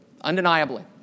Undeniably